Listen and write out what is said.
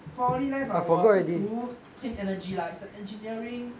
poly life ah 我是读 clean energy lah it's an engineering